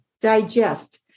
digest